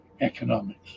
economics